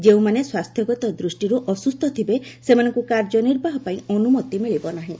ଯେଉଁମାନେ ସ୍ୱାସ୍ଥ୍ୟଗତ ଦୃଷ୍ଟିରୁ ଅସୁସ୍ଥ ଥିବେ ସେମାନଙ୍କୁ କାର୍ଯ୍ୟ ନିର୍ବାହ ପାଇଁ ଅନୁମତି ମିଳିବ ନାହିଁ